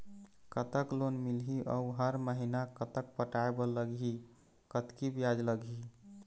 कतक लोन मिलही अऊ हर महीना कतक पटाए बर लगही, कतकी ब्याज लगही?